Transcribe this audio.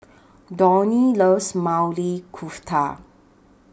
Donnie loves Maili Kofta